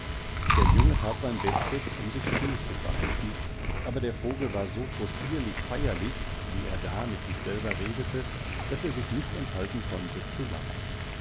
der junge tat sein bestes um sich still zu verhalten aber der vogel war so possierlich feierlich wie er da mit sich selbst redete daß er sich nicht enthaltenkonnte zulachen